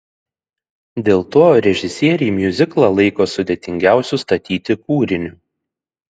dėl to režisieriai miuziklą laiko sudėtingiausiu statyti kūriniu